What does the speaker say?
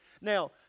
Now